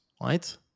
right